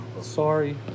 sorry